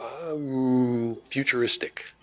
futuristic